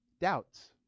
doubts